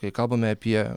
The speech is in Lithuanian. kai kalbame apie